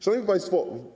Szanowni Państwo!